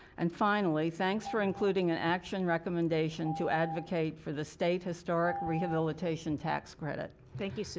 and finally, thanks for including an action recommendation to advocate for the state historic rehabilitation tax credit. thank you, susan.